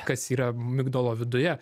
kas yra migdolo viduje